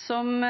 Som